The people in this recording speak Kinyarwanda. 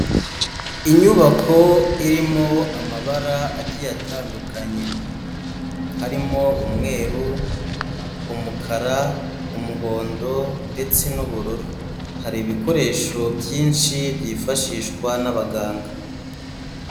Inyubako irimo amabara agiye atandukanye, harimo umweru, umukara, umuhondo ndetse n'ubururu, hari ibikoresho byinshi byifashishwa n'abaganga.